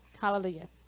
Hallelujah